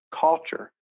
culture